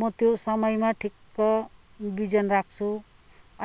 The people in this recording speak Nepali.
म त्यो समयमा ठिक्क बिजन राख्छु